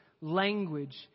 language